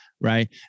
right